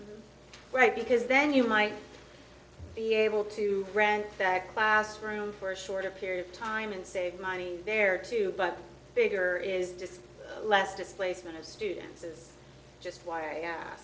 all right because then you might be able to grant that classroom for a shorter period of time and save money there too but bigger is just less displacement of students it's just w